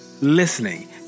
listening